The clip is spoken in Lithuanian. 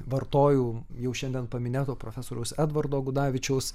vartoju jau šiandien paminėto profesoriaus edvardo gudavičiaus